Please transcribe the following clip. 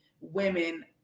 women